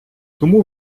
тому